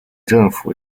政府